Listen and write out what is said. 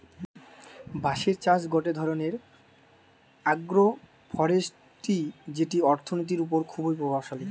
বাঁশের চাষ গটে ধরণের আগ্রোফরেষ্ট্রী যেটি অর্থনীতির ওপর খুবই প্রভাবশালী